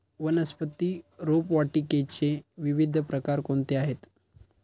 वनस्पती रोपवाटिकेचे विविध प्रकार कोणते आहेत?